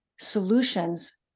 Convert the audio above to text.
solutions